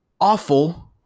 awful